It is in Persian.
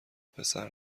پسر